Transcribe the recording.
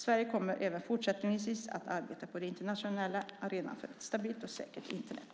Sverige kommer även fortsättningsvis att arbeta på den internationella arenan för ett stabilt och säkert Internet.